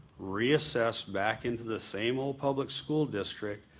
re-assessed back into the same old public school district,